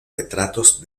retratos